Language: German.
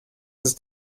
ist